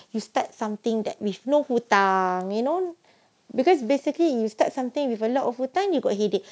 you start something that with no hutang you know because basically you you start something with hutang you got headache